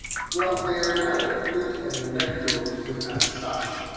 well, they are not ah really an electoral deal as such.